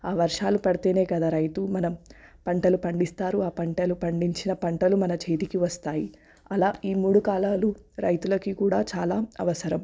ఆ వర్షాలు పడితేనే కదా రైతు మనం పంటలు పండిస్తారు ఆ పంటలు పండించిన పంటలు మన చేతికి వస్తాయి అలా ఈ మూడు కాలాలు రైతులకి కూడ చాలా అవసరం